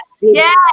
Yes